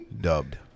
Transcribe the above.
Dubbed